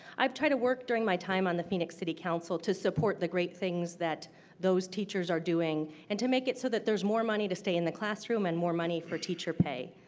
i have tried to work during my time on the phoenix city council to support the great things that those teachers are doing and to make it so that there is more money to stay in the classroom and more money for teacher pay.